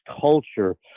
culture